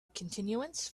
continuance